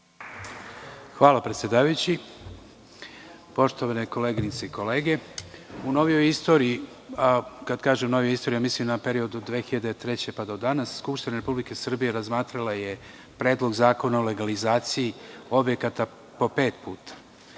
Hvala predsedavajući. Poštovane koleginice i kolege, u novijoj istoriji, kada kažem - novijoj istoriji, mislim na period od 2003. pa do danas, Skupština Republike Srbije razmatrala je Predlog zakona o legalizaciji objekata pet puta.